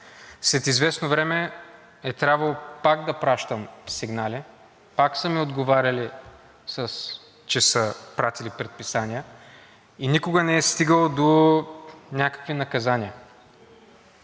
След известно време е трябвало пак да пращам сигнали, пак са ми отговаряли, че са пратили предписания и никога не се е стигало до някакви наказания.